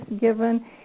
given